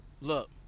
Look